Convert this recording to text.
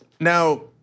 Now